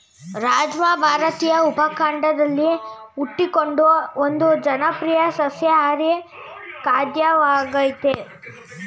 ರಾಜ್ಮಾ ಭಾರತೀಯ ಉಪಖಂಡದಲ್ಲಿ ಹುಟ್ಟಿಕೊಂಡ ಒಂದು ಜನಪ್ರಿಯ ಸಸ್ಯಾಹಾರಿ ಖಾದ್ಯವಾಗಯ್ತೆ